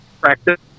practice